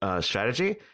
strategy